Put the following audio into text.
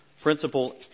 principle